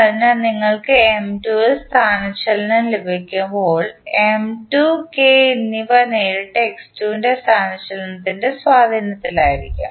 അതിനാൽ നിങ്ങൾക്ക് M2 ൽ സ്ഥാനചലനം ലഭിക്കുമ്പോൾ M2 K എന്നിവ നേരിട്ട് x2 സ്ഥാനചലനത്തിൻറെ സ്വാധീനത്തിലായിരിക്കും